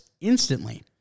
instantly